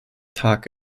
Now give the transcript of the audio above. tag